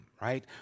right